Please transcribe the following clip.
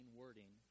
wording